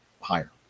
higher